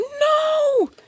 No